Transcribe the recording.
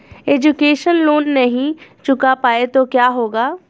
Education loan नहीं चुका पाए तो क्या होगा?